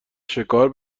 شکار